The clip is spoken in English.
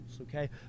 okay